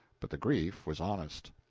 but the grief was honest.